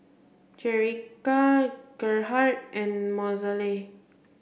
Jerrica Gerhard and Mozelle